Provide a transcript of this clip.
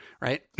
right